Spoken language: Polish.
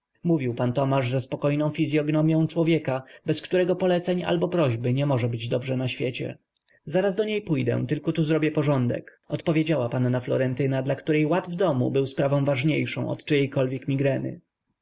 mówił pan tomasz ze spokojną fizyognomią człowieka bez którego poleceń albo prośby nie może być dobrze na świecie zaraz do niej pójdę tylko tu zrobię porządek odpowiedziała panna florentyna dla której ład w domu był sprawą ważniejszą od czyjejkolwiek migreny